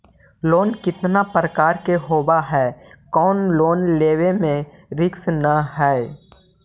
Loan कितना प्रकार के होबा है कोन लोन लेब में रिस्क न है?